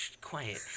Quiet